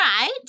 right